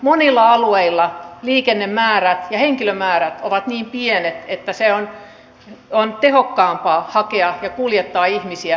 monilla alueilla liikennemäärät ja henkilömäärät ovat niin pienet että on tehokkaampaa hakea ja kuljettaa ihmisiä pienemmillä ajoneuvoilla